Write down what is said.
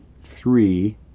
three